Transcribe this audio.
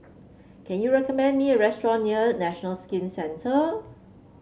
can you recommend me a restaurant near National Skin Centre